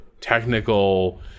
technical